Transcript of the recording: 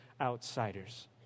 outsiders